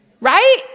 Right